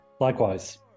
Likewise